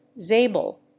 Zabel